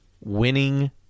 Winning